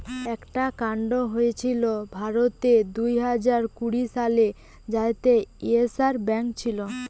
একটা কান্ড হয়েছিল ভারতে দুইহাজার কুড়ি সালে যাতে ইয়েস ব্যাঙ্ক ছিল